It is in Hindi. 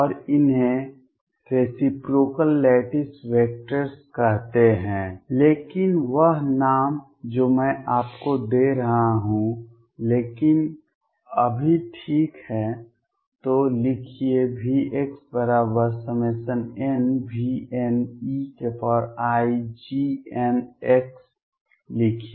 और इन्हें रेसिप्रोकाल लैटिस वेक्टर्स कहते हैं लेकिन वह नाम जो मैं आपको दे रहा हूं लेकिन अभी ठीक है तो लिखिए V बराबर nVneiGnx लिखिए